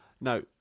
No